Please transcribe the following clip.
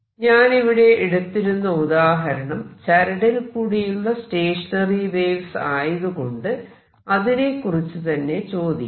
ഞാനിവിടെ എടുത്തിരുന്ന ഉദാഹരണം ചരടിൽ കൂടിയുള്ള സ്റ്റേഷനറി വേവ്സ് ആയതുകൊണ്ട് അതിനെക്കുറിച്ചു തന്നെ ചോദിക്കാം